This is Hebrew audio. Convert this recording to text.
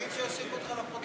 תגיד שיוסיפו אותך לפרוטוקול.